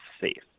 safe